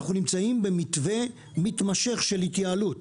אנחנו נמצאים במתווה מתמשך של התייעלות.